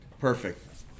perfect